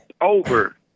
over